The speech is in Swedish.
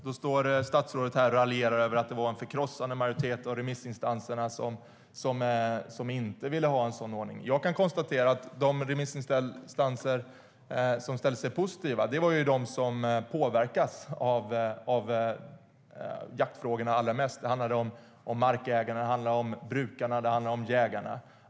Då står statsrådet och raljerar över att det var en förkrossande majoritet av remissinstanserna som inte ville ha en sådan ordning. Jag kan konstatera att de remissinstanser som ställde sig positiva var de som påverkas av jaktfrågorna allra mest - markägarna, brukarna, jägarna.